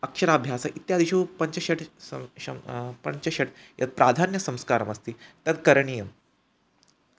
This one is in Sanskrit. अक्षराभ्यासः इत्यादिषु पञ्च षट् पञ्च षट् यत् प्राधान्यसंस्कारः अस्ति तत् करणीयम्